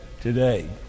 today